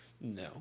No